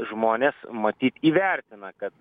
žmonės matyt įvertina kad